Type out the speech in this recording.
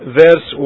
verse